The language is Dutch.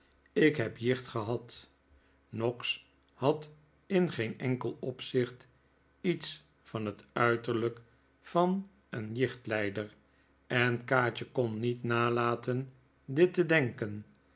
ik heb jicht gehad noggs had in geen enkel opzicht iets van het uiterlijk van een jichtlijder en kaatje kon niet nalaten dit te denken